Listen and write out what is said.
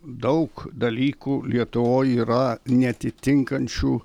daug dalykų lietuvoj yra neatitinkančių